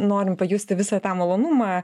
norim pajusti visą tą malonumą